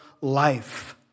life